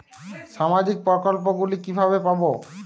সামাজিক প্রকল্প গুলি কিভাবে পাব?